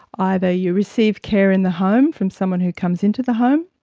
either you receive care in the home from someone who comes into the home,